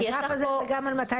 זה גם הגרף הזה,